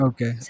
Okay